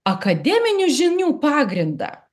akademinių žinių pagrindą